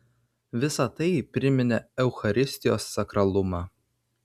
visa tai priminė eucharistijos sakralumą